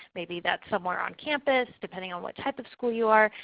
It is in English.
maybe that's somewhere on campus depending on what type of school you are.